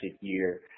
year